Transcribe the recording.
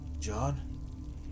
John